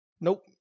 Nope